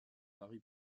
varie